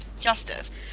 justice